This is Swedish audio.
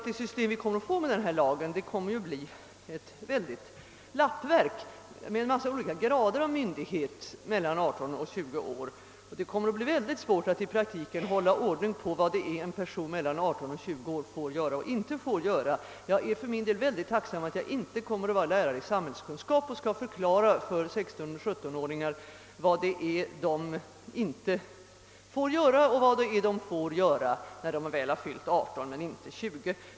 Det system vi kommer att få genom denna lag, blir ett lappverk med en mängd olika grader av myndighet mellan 18 och 20 år, och det kommer att bli mycket svårt att i praktiken hålla reda på vad en person mellan 18 och 20 år får göra och inte får göra. Jag avundas inte den lärare i samhällskunskap som skall förklara för 16—17 åringar vad de får göra och vad de inte får göra när de väl fyllt 18 år men inte 20.